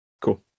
Cool